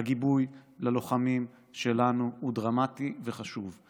הגיבוי ללוחמים שלנו הוא דרמטי וחשוב.